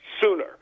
sooner